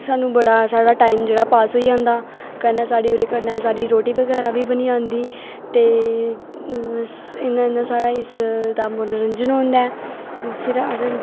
सानूं बड़ा साढ़ा टाईम जेह्ड़ा पास होई जंदा कन्नै साढ़ी ओह्दे कन्नै साढ़ी रोटी बगैरा बी बनी जंदी ते इ'यां इ'यां साढ़ा इस दा मनोंरंजन होंदा ऐ फिर अस